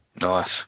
Nice